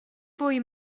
fwy